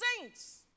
saints